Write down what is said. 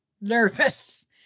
nervous